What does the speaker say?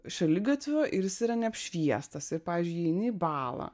šaligatviu ir jis yra neapšviestas ir pavyzdžiui eini į balą